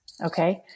Okay